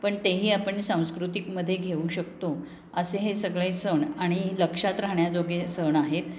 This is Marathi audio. पण तेही आपण सांस्कृतिकमध्ये घेऊ शकतो असे हे सगळे सण आणि लक्षात राहण्याजोगे सण आहेत